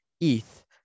ETH